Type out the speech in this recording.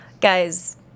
guys